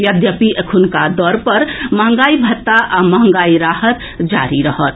यद्यपि एख्रनका दर पर मंहगाई भत्ता आ मंहगाई राहत जारी रहत